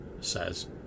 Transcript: says